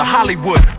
Hollywood